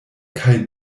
kaj